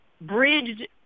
bridged